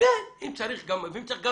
זה לא